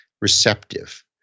receptive